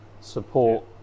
support